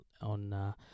on